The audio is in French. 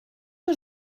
que